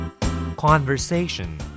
Conversation